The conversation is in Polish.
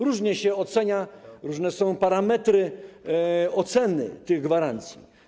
Różnie się ocenia, różne są parametry oceny tych gwarancji.